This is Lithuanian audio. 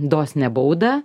dosnią baudą